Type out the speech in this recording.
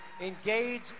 engage